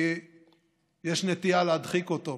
כי יש נטייה להדחיק אותו,